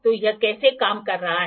तो यह कैसे काम कर रहा है